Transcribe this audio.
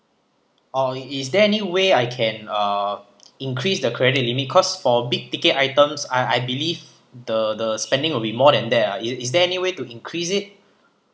or is there any way I can uh increase the credit limit cause for big ticket items I I believe the the spending will be more than that ah it is there any way to increase it